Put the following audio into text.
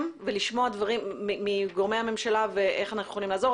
ולשמוע דברים מגורמי הממשלה ולראות איך אנחנו יכולים לעזור,